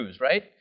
right